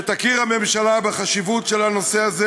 שהממשלה תכיר בחשיבות של הנושא הזה